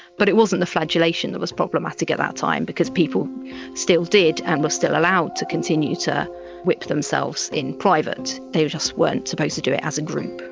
but it wasn't the flagellation that was problematic at that time because people still did and were still allowed to continue to whip themselves in private, they just weren't supposed to do it as a group.